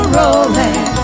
rolling